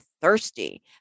thirsty